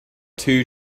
two